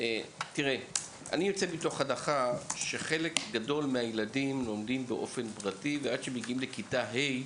הנחה שחלק גדול מהילדים לומדים באופן פרטי ועד שמגיעים לכיתה ה'